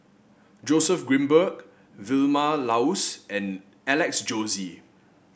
Joseph Grimberg Vilma Laus and Alex Josey